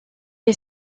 est